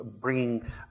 bringing